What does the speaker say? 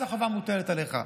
אז החובה מוטלת עליך.